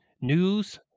news